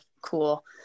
cool